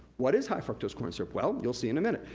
what is high fructose corn syrup? well, you'll see in a minute.